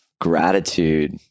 gratitude